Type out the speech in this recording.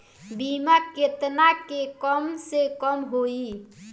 बीमा केतना के कम से कम होई?